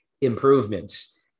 improvements